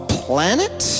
planet